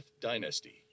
Dynasty